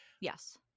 yes